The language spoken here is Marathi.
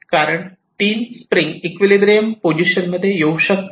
कारण तीन स्प्रिंग इक्विलिब्रियम पोझिशन मध्ये येऊ शकतात